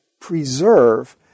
preserve